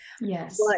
yes